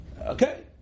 Okay